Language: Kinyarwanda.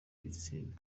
ibitsina